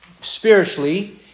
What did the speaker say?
spiritually